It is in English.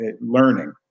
learning